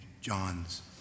John's